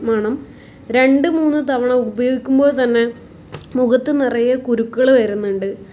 മണം രണ്ട് മൂന്ന് തവണ ഉപയോഗിക്കുമ്പോൾ തന്നെ മുഖത്ത് നിറയെ കുരുക്കൾ വരുന്നുണ്ട്